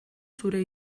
zure